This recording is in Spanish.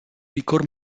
licor